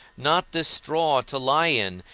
not this straw to lie in,